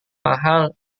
mahal